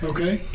Okay